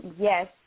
yes